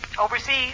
Overseas